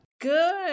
Good